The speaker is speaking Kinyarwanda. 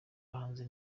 bahanzi